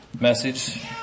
message